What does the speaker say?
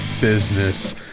business